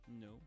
no